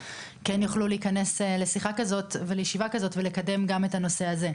כן יוכלו להיכנס לשיחה כזאת ולישיבה כזאת ולקדם גם את הנושא הזה.